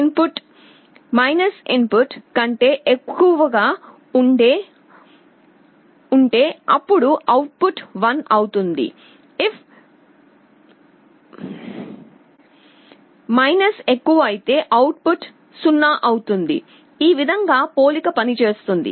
in put input కంటే ఎక్కువగా ఉంటే అప్పుడు అవుట్ పుట్ 1 అవుతుంది if ఎక్కువైతే అవుట్ పుట్ 0 అవుతుంది ఈ విధంగా పోలిక పనిచేస్తుంది